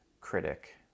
critic